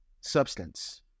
substance